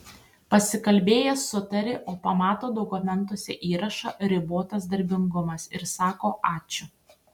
pasikalbėjęs sutari o pamato dokumentuose įrašą ribotas darbingumas ir sako ačiū